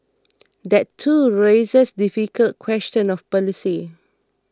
that too raises difficult questions of policy